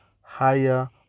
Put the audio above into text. higher